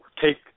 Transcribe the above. take